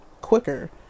quicker